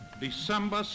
December